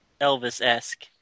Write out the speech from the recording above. Elvis-esque